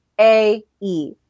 A-E